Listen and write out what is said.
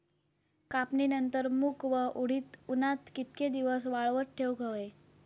कापणीनंतर मूग व उडीद उन्हात कितके दिवस वाळवत ठेवूक व्हये?